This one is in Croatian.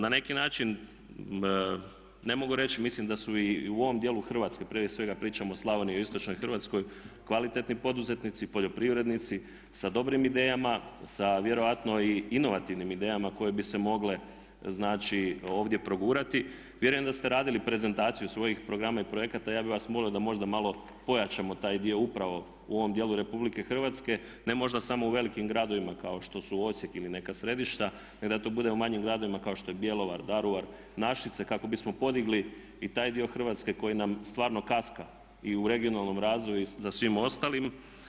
Na neki način ne mogu reći, mislim da su i u ovom dijelu Hrvatske, prije svega pričam o Slavoniji i istočnoj Hrvatskoj kvalitetni poduzetnici, poljoprivrednici sa dobrim idejama, sa vjerojatno i inovativnim idejama koje bi se mogle, znači ovdje progurati, vjerujem da ste radili prezentaciju svojih programa i projekata, ja bi vas molio da možda malo pojačamo taj dio upravo u ovom djelu RH, ne možda samo u velikim gradovima kao što su Osijek ili neka središta, nego da to bude u manjem gradovima kao što je Bjelovar, Daruvar, Našice kao bismo podigli i taj dio Hrvatske koji nam stvarno kaska i u regionalnom razvoju i za svim ostalim.